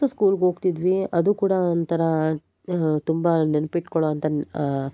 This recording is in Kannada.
ಸೊ ಸ್ಕೂಲ್ಗೆ ಹೋಗ್ತಿದ್ವೀ ಅದು ಕೂಡ ಒಂಥರಾ ತುಂಬ ನೆನ್ಪಿಟ್ಕೊಳ್ಳುವಂತ